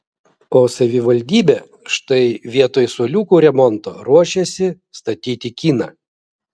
o savivaldybė štai vietoj suoliukų remonto ruošiasi statyti kiną